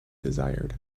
desired